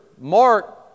Mark